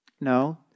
no